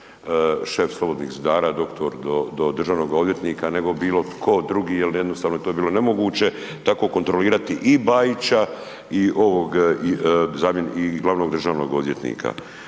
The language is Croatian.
šef Slobodnih zidara, doktor, do državnoga odvjetnika nego bilo tko drugi jer jednostavno to je bilo nemoguće tako kontrolirati i Bajića i ovog glavnog državnog odvjetnika.